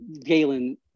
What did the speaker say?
Galen